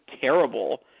terrible